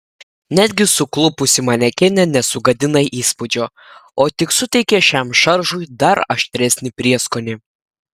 netgi suklupusi manekenė nesugadina įspūdžio o tik suteikia šiam šaržui dar aštresnį prieskonį